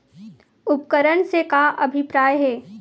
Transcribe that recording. उपकरण से का अभिप्राय हे?